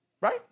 Right